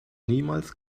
niemals